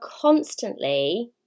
constantly